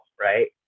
right